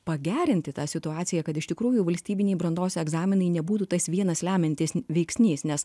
pagerinti tą situaciją kad iš tikrųjų valstybiniai brandos egzaminai nebūtų tas vienas lemiantis veiksnys nes